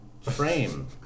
frame